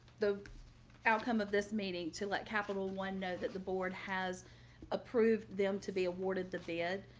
the outcome of this meeting to let capital one know that the board has approved them to be awarded the bid.